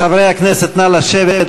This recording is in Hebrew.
חברי הכנסת, נא לשבת.